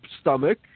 stomach